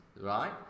right